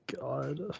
God